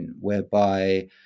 whereby